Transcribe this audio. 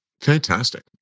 Fantastic